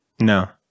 No